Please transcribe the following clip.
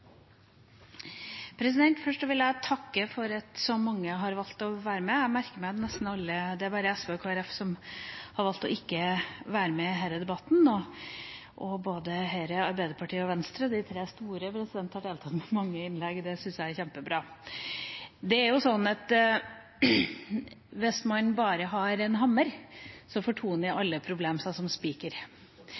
jeg takke for at så mange har valgt å være med. Jeg merker meg at det er bare SV og Kristelig Folkeparti som har valgt ikke å være med i denne debatten. Både Høyre, Arbeiderpartiet og Venstre – de tre store – har deltatt med mange innlegg. Det syns jeg er kjempebra. Det er jo sånn at hvis man bare har en hammer, fortoner alle problemer seg som spiker.